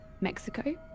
Mexico